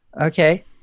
okay